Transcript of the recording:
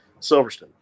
Silverstone